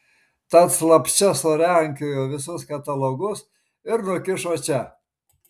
tad slapčia surankiojo visus katalogus ir nukišo čia